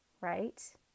right